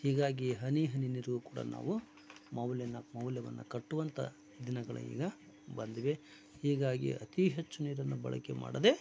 ಹೀಗಾಗಿ ಹನಿ ಹನಿ ನೀರಿಗೂ ಕೂಡ ನಾವು ಮೌಲ್ಯನ ಮೌಲ್ಯವನ್ನು ಕಟ್ಟುವಂಥ ದಿನಗಳು ಈಗ ಬಂದಿವೆ ಹೀಗಾಗಿ ಅತಿ ಹೆಚ್ಚು ನೀರನ್ನು ಬಳಕೆ ಮಾಡದೆ